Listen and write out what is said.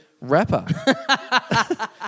rapper